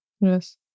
Yes